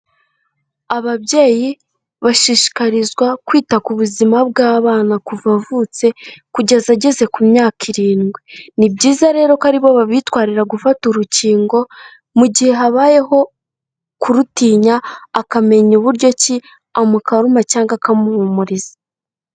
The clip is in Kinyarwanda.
Ababyeyi bashishikarizwa kwita ku buzima bw'abana kuva avutse kugeza ageze ku myaka irindwi. Ni byiza rero ko aribo babitwarira gufata urukingo mu gihe habayeho kurutinya akamenya uburyo ki amukaruma cyangwa akamuhumuriza.